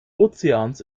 ozeans